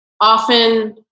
often